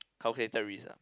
calculated risk ah